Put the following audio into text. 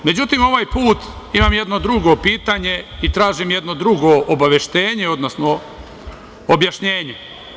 Međutim, ovaj put imam drugo pitanje i tražim drugo obaveštenje, odnosno objašnjenje.